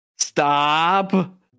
Stop